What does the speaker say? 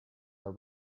are